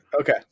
Okay